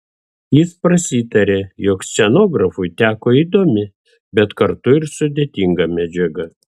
jis prasitarė jog scenografui teko įdomi bet kartu ir sudėtinga medžiaga